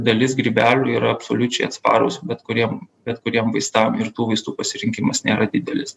dalis grybelių yra absoliučiai atsparūs bet kuriem bet kuriem vaistam ir tų vaistų pasirinkimas nėra didelis